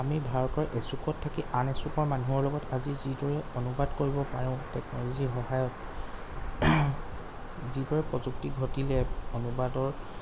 আমি ভাৰতৰ এচুকত থাকি আন এচুকৰ মানুহৰ লগত আজি যিদৰে অনুবাদ কৰিব পাৰোঁ টেকনলজীৰ সহায়ত যিদৰে প্ৰযুক্তি ঘটিলে অনুবাদৰ